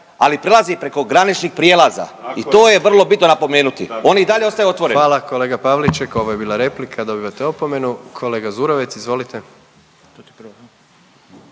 ali prelazi preko graničnih prijelaza i to je vrlo bitno napomenuti. Oni i dalje ostaju otvoreni. **Jandroković, Gordan (HDZ)** Hvala, kolega Pavliček, ovo je bila replika, dobivate opomenu. Kolega Zurovec, izvolite.